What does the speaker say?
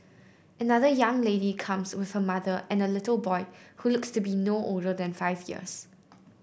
another young lady comes with her mother and a little boy who looks to be no older than five years